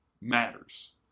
matters